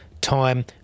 time